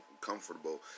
Comfortable